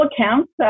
accounts